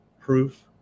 proof